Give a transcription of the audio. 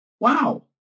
Wow